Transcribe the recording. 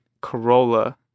Corolla